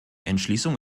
entschließung